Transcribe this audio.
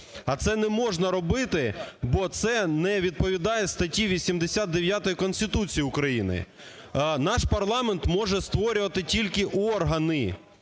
а це не можна робити, бо це не відповідає статті 89 Конституції України. Наш парламент може створювати тільки органи.